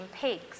pigs